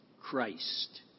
Christ